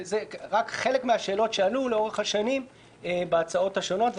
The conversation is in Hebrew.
אלה רק חלק מהשאלות שעלו לאורך השנים בהצעות השונות,